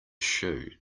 shoe